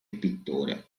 pittore